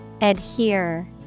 Adhere